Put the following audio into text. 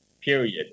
period